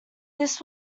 this